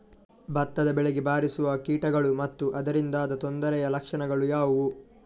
ಭತ್ತದ ಬೆಳೆಗೆ ಬಾರಿಸುವ ಕೀಟಗಳು ಮತ್ತು ಅದರಿಂದಾದ ತೊಂದರೆಯ ಲಕ್ಷಣಗಳು ಯಾವುವು?